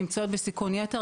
נמצאות בסיכון יתר,